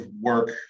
work